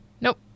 Nope